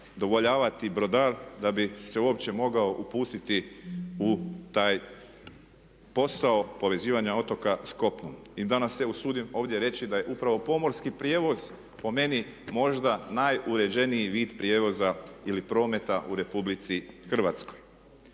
zadovoljavati brodar da bi se uopće mogao upustiti u taj posao povezivanja otoka s kopnom. I danas se usudim ovdje reći da je upravo pomorski prijevoz po meni možda najuređeniji vid prijevoza ili prometa u RH. Mislim da je